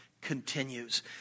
continues